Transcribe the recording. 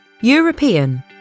european